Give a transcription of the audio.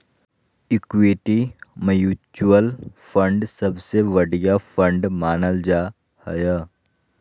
equity mutual fund सबसे बढ़िया fund मानल जा हय